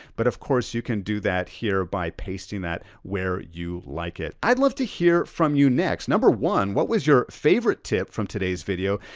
but of course, you can do that here by pasting that where you like it. i'd love to hear from you next. number one, one, what was your favorite tip from today's video?